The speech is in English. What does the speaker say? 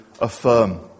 affirm